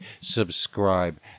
subscribe